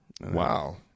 Wow